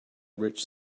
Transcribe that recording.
rich